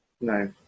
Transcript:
no